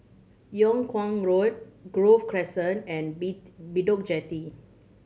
Yung Kuang Road Grove Crescent and Bedok Jetty